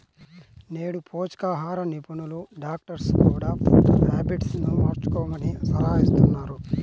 నేడు పోషకాహార నిపుణులు, డాక్టర్స్ కూడ ఫుడ్ హ్యాబిట్స్ ను మార్చుకోమని సలహాలిస్తున్నారు